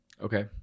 okay